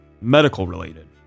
medical-related